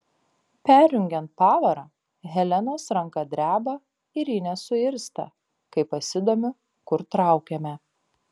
perjungiant pavarą helenos ranka dreba ir ji nesuirzta kai pasidomiu kur traukiame